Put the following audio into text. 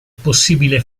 possibile